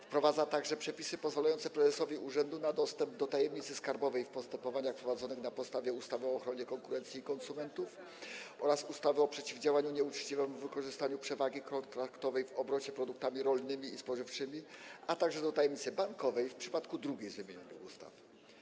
Wprowadza także przepisy pozwalające prezesowi urzędu na dostęp do tajemnicy skarbowej w postępowaniach prowadzonych na podstawie ustawy o ochronie konkurencji i konsumentów oraz ustawy o przeciwdziałaniu nieuczciwemu wykorzystaniu przewagi kontraktowej w obrocie produktami rolnymi i spożywczymi, a także do tajemnicy bankowej w przypadku drugiej z wymienionych ustaw.